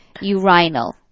urinal